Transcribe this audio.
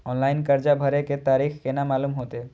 Online कर्जा भरे के तारीख केना मालूम होते?